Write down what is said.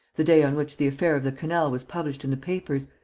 the day on which the affair of the canal was published in the papers,